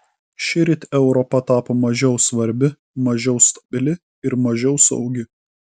šįryt europa tapo mažiau svarbi mažiau stabili ir mažiau saugi